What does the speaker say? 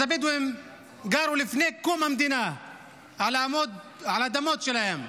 הבדואים גרו לפני קום המדינה על אדמות שלהם,